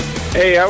Hey